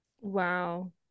Wow